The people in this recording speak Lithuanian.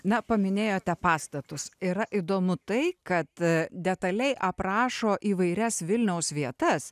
na paminėjote pastatus yra įdomu tai kad detaliai aprašo įvairias vilniaus vietas